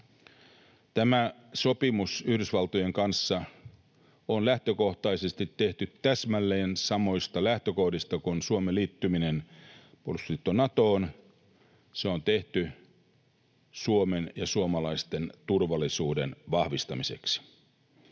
Tämä sopimus Yhdysvaltojen kanssa on lähtökohtaisesti tehty täsmälleen samoista lähtökohdista kuin Suomen liittyminen puolustusliitto Natoon. Se on tehty Suomen ja suomalaisten turvallisuuden vahvistamiseksi.